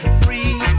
free